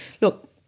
Look